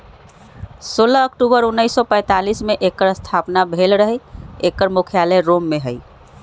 सोलह अक्टूबर उनइस सौ पैतालीस में एकर स्थापना भेल रहै एकर मुख्यालय रोम में हइ